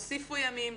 להוסיף ימים,